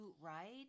Right